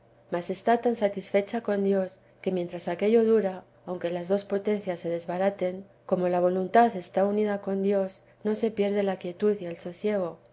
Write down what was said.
mas está tan satisfecha con dios que mientras aquello dura aunque las dos potencias se desbaraten como la voluntad está unida con dios no se pierde la quietud y el sosiego